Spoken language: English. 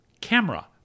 camera